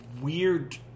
weird